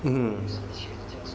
mm